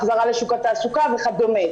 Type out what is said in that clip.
החזרה לשוק התעסוקה וכדומה.